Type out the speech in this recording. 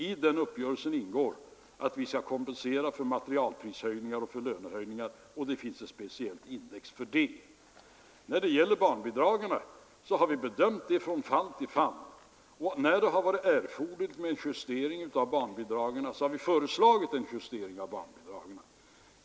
I den uppgörelsen ingår att vi skall kompensera för materialprishöjningar och för lönehöjningar. Det finns ett speciellt index för detta. När det gäller barnbidragen har vi bedömt frågan från fall till fall, och när det har varit erforderligt med en justering av barnbidragen har vi föreslagit en justering av barnbidragen.